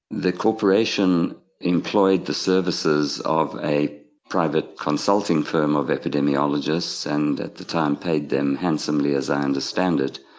the corporation employed the services of a private consulting firm of epidemiologists and at the time paid them handsomely, as i understand it,